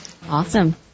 Awesome